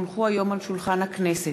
כי הונחו היום על שולחן הכנסת,